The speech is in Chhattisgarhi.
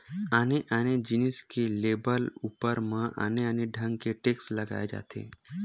आने आने जिनिस के लेवब ऊपर म आने आने ढंग ले टेक्स लगाए जाथे